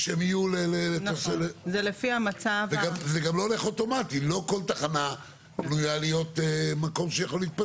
או לפי תוכנית המקיימת את התנאים האמורים שתיקנה